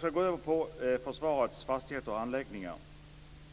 Sedan gäller det försvarets fastigheter och anläggningar.